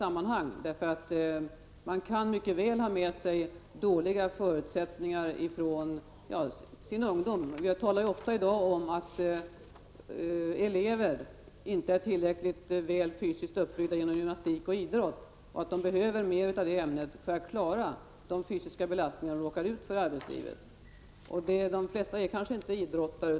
Man kan mycket väl ha dåliga förutsättningar redan från sin ungdom. Vi har i dag ofta talat om att elever inte blir tillräckligt väl fysiskt uppbyggda inom gymnastik och idrott och att de behöver mer av det ämnet för att klara de fysiska belastningar de råkar ut för i arbetslivet. De flesta är kanske inte idrottare.